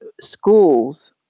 schools